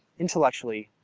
intellectually,